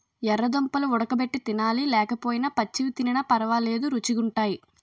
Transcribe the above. యెర్ర దుంపలు వుడగబెట్టి తినాలి లేకపోయినా పచ్చివి తినిన పరవాలేదు రుచీ గుంటయ్